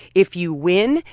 if you win,